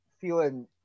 feeling